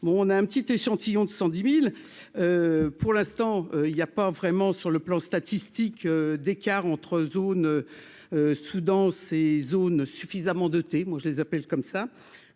bon, on a un petit échantillon de 110000 pour l'instant, il y a pas vraiment sur le plan statistique d'écart entre zones Soudan ces zones suffisamment doté, moi je les appelle comme ça,